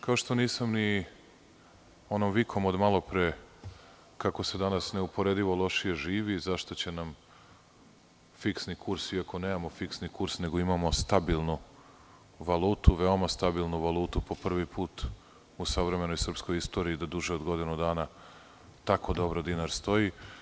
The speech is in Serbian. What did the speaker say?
Kao što nisam ni onom vikom od malopre kako se danas neuporedivo loše živi, zašto će nam fiksni kurs iako nemamo fiksni kurs, nego imamo stabilnu valutu, veoma stabilnu valutu po prvi put u savremenoj srpskoj istoriji, da duže od godinu dana tako dobro dinar stoji.